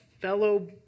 fellow